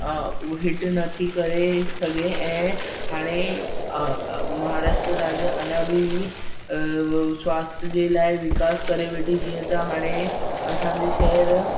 hit नथी करे सघे ऐं हाणे महाराष्ट्रा राज्य अञा बि स्वास्थ्य जे लाइ विकासु करे वेठी जीअं त हाणे असांजे शहर